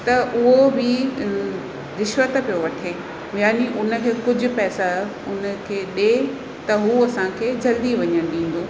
त उहो बि दि रिश्वत पियो वठे यानि हुनखे कुझु पैसा हुनखे ॾे त हू असांखे जल्दी वञणु ॾींदो